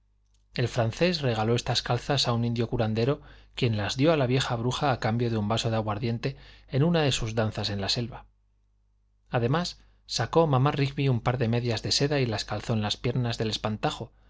el francés regaló estas calzas a un indio curandero quien las dió a la vieja bruja a cambio de un vaso de aguardiente en una de sus danzas en la selva además sacó mamá rigby un par de medias de seda y las calzó en las piernas del espantajo